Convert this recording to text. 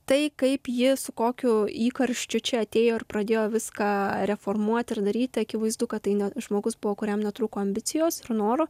tai kaip ji su kokiu įkarščiu čia atėjo ir pradėjo viską reformuoti ir daryti akivaizdu kad tai ne žmogus buvo kuriam netrūko ambicijos ir noro